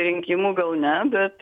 rinkimų gal ne bet